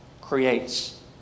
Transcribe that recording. creates